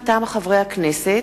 מטעם הכנסת: